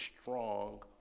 strong